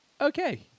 Okay